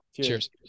Cheers